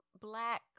black